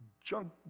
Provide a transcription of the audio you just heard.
junk